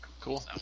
cool